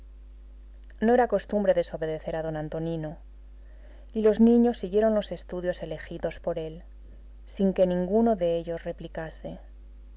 no era costumbre desobedecer a don antonino y los niños siguieron los estudios elegidos por él sin que ninguno de ellos replicase